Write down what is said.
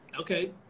Okay